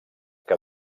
que